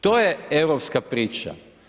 To je europska priča.